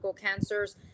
cancers